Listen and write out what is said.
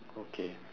okay